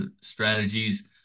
strategies